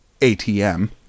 ATM